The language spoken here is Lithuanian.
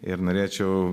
ir norėčiau